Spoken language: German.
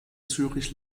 zürich